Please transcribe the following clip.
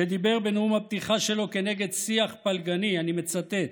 שדיבר בנאום הפתיחה שלו נגד שיח פלגני, אני מצטט: